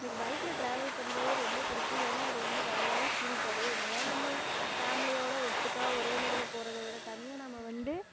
எனக்கு பைக்கில் டிராவல் பண்ணுறது ரொம்ப பிடிக்கும் ஏன்னால் அது வந்து வேறு லெவல் ஃபீல் தரும் என்னதான் நம்ம ஃபேமிலியோடு ஒட்டுக்காக ஒரே இதில் போவதை விட தனியாக நம்ம வந்து